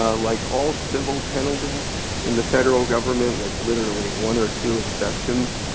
ah like all civil penalties in the federal government with literally one or two exceptions,